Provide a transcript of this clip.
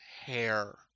hair